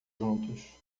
juntos